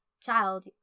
child